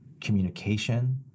communication